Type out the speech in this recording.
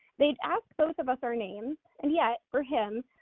they'd ask both of us our names, and yet for him,